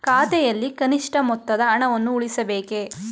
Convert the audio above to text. ಖಾತೆಯಲ್ಲಿ ಕನಿಷ್ಠ ಮೊತ್ತದ ಹಣವನ್ನು ಉಳಿಸಬೇಕೇ?